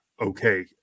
okay